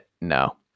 no